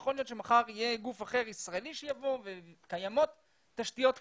יכול להיות שמחר יהיה גוף אחר ישראלי שיבוא וקיימות תשתיות כאלה,